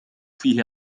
فيه